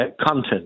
content